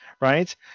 right